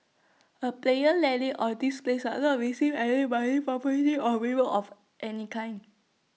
A player landing on this place are not receive any money property or reward of any kind